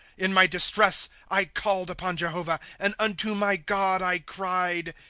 in my distress i called upon jehovah, and unto my god i cried.